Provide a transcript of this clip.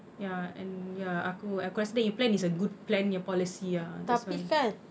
ya and ya aku aku rasa dia punya plan is a good plan punya policy ah that's why